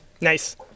Nice